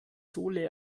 sohle